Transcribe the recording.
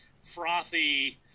frothy